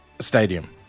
stadium